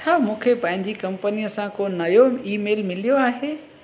छा मूंखे पंहिंजी कंपनीअ सां को नयो ईमेल मिलियो आहे